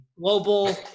global